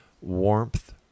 warmth